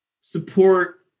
support